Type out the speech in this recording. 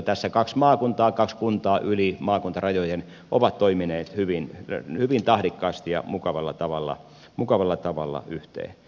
tässä kaksi maakuntaa kaksi kuntaa yli maakuntarajojen ovat toimineet hyvin tahdikkaasti ja mukavalla tavalla yhteen